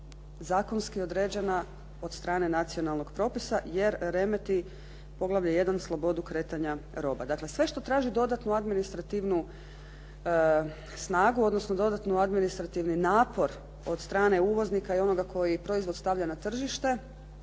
zakonski određena od strane nacionalnog propisa jer remeti poglavlje I. Slobodu kretanja roba. Dakle, sve što traži dodatnu administrativnu snagu, odnosno dodatan administrativni napor od strane uvoznika i onoga koji proizvod stavlja na tržište